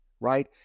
right